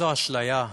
זו אשליה,